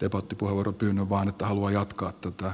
debattipuheenvuoropyynnön vaan sitä että haluaa jatkaa edellistä keskustelua